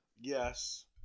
Yes